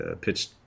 pitched –